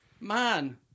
Man